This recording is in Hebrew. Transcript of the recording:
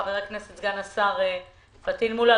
חבר הכנסת סגן השר פטין מולא,